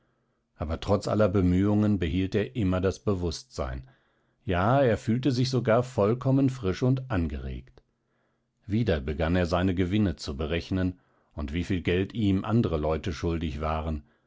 aber trotz aller bemühungen behielt er immer das bewußtsein ja er fühlte sich sogar vollkommen frisch und angeregt wieder begann er seine gewinne zu berechnen und wieviel geld ihm andre leute schuldig waren